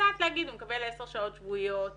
יודעת להגיד הוא מקבל 10 שעות שבועיות